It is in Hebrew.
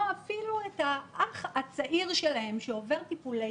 או אפילו את האח הצעיר שלהם שעובר טיפולי